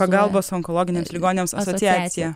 pagalbos onkologiniams ligoniams asociacija